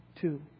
two